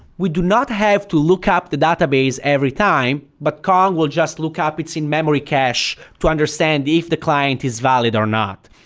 we do not have to look up the database every time, but kong will just look up, it's in-memory cache, to understand if the client is valid or not.